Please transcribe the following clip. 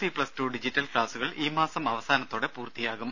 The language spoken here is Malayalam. സി പ്ലസ്ടു ഡിജിറ്റൽ ക്ലാസുകൾ ഈ മാസം അവസാനത്തോടെ പൂർത്തിയാകും